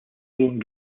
alone